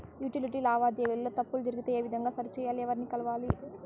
Utility లావాదేవీల లో తప్పులు జరిగితే ఏ విధంగా సరిచెయ్యాలి? ఎవర్ని కలవాలి?